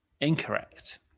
Incorrect